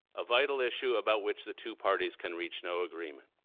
a vital issue about which the two parties can reach no agreement.